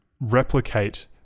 replicate